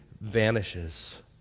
vanishes